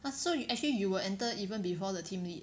!huh! so you actually you will enter even before the team lead